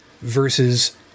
versus